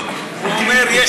הוא אומר שיש.